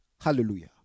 Hallelujah